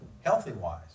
healthy-wise